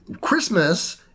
Christmas